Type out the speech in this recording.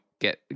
get